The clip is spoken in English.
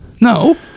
No